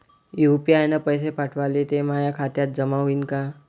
UPI न पैसे पाठवले, ते माया खात्यात जमा होईन का?